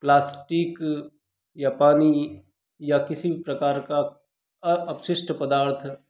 plastic या पानी या किसी भी प्रकार का अपशिष्ट पदार्थ